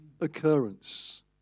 occurrence